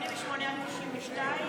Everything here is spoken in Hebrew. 88 92 להסיר.